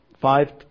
Five